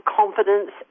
confidence